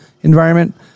environment